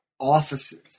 offices